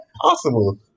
possible